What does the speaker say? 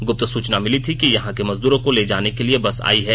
गुप्त सुचना मिली थी कि यहां के मजदूरों को ले जाने के लिए बस आई है